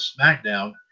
SmackDown